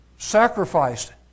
sacrificed